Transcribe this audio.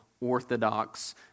orthodox